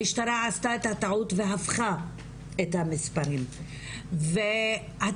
המשטרה עשתה את הטעות והפכה את המספרים והתקשורת,